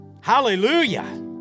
Hallelujah